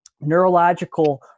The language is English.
neurological